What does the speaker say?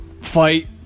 fight